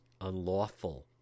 unlawful